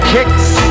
kicks